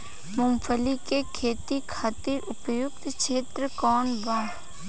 मूँगफली के खेती खातिर उपयुक्त क्षेत्र कौन वा?